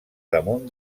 damunt